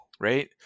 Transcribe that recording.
right